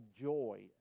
joy